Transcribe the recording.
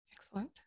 Excellent